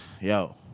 yo